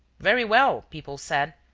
very well, people said,